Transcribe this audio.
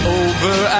over